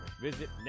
visit